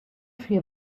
tree